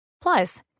Plus